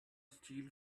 steel